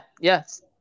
yes